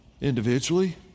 Individually